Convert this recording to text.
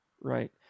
right